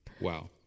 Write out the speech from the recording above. Wow